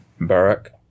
Barak